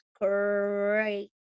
great